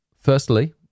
firstly